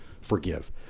forgive